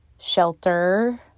shelter